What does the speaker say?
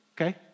Okay